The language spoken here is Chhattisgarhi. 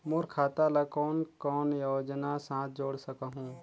मोर खाता ला कौन कौन योजना साथ जोड़ सकहुं?